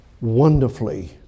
wonderfully